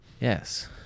Yes